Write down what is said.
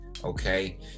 okay